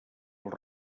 dels